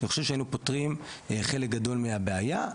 אני חושב שהיינו פותרים חלק גדול מהבעיה.